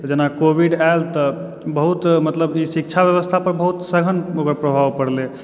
जेना कोविड आयल तऽ बहुत मतलब शिक्षा व्यवस्थापर बहुत सघन ओकर प्रभाव पड़ले